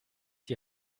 die